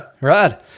Rod